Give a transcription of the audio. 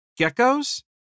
Geckos